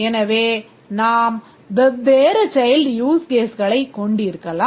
எனவே நாம் வெவ்வேறு child use caseகளைக் கொண்டிருக்கலாம்